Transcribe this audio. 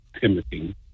Timothy